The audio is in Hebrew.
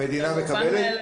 המדינה מקבלת?